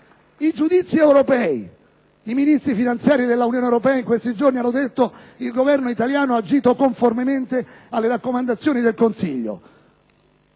I giudizi europei: i Ministri finanziari dell'Unione europea in questi giorni hanno detto che il Governo italiano ha agito conformemente alle raccomandazioni del Consiglio.